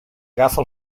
agafa